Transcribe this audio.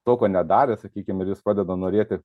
to ko nedarė sakykim ir jis pradeda norėti